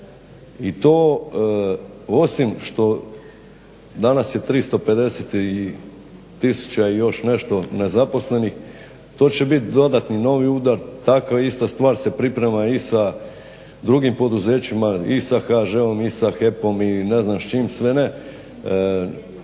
I to osim što danas je 350 tisuća i još nešto nezaposlenih to će biti dodatni novi udar. Takva ista stvar se priprema i sa drugim poduzećima, i sa HŽ-om i sa HEP-om i ne znam s čim sve ne.